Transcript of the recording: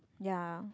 yeah